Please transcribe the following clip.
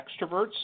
extroverts